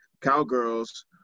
Cowgirls